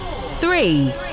three